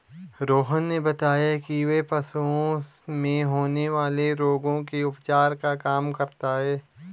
रोहन ने बताया कि वह पशुओं में होने वाले रोगों के उपचार का काम करता है